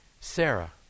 Sarah